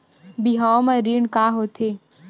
बिहाव म ऋण का होथे?